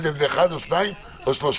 זו הכוונה?